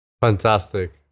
fantastic